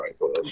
right